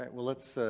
well, let's.